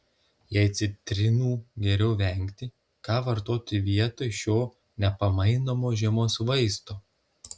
jei citrinų geriau vengti ką vartoti vietoj šio nepamainomo žiemos vaisto